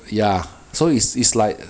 ya so it's is like